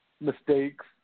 mistakes